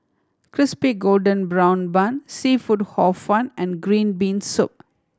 Crispy Golden Brown Bun seafood Hor Fun and green bean soup